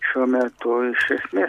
šiuo metu iš esmės